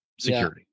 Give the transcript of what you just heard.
Security